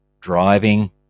driving